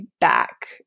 back